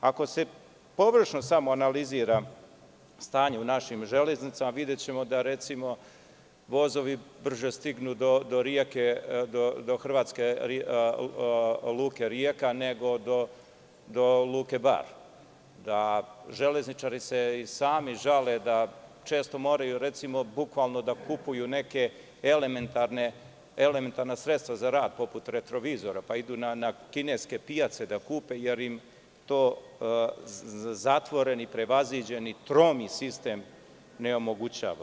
Ako se pogrešno samoanalizira stanje u našim železnicama, videćemo da vozovi brže stignu do hrvatske luke Rijeka, nego do luke Bar, da železničari se i sami žale da često moraju da kupuju neka elementarna sredstva za rad, poput retrovizora, pa idu na kineske pijace da kupe, jer im to zatvoreni, prevaziđeni, tromi sistem ne omogućava.